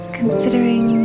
considering